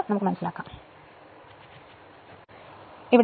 ഇത് മനസ്സിലാക്കാവുന്നതേയുള്ളൂ